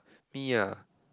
me ah